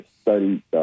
studied